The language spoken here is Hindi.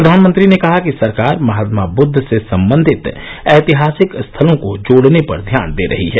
प्रधानमंत्री ने कहा कि सरकार महात्मा बुद्द से संबंधित ऐतिहासिक स्थलों को जोडने पर ध्यान दे रही है